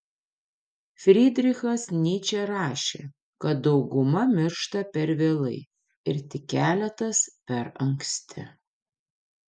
frydrichas nyčė rašė kad dauguma miršta per vėlai ir tik keletas per anksti